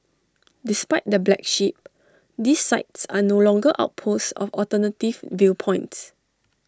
despite the black sheep these sites are no longer outposts of alternative viewpoints